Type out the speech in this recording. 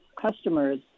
customers